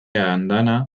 andana